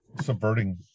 subverting